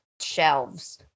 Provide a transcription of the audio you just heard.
shelves